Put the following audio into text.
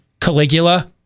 Caligula